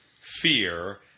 fear